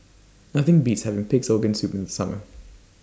Nothing Beats having Pig'S Organ Soup in The Summer